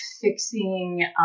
fixing